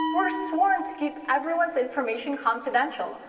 we're sworn to keep everyone's information confidential.